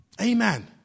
Amen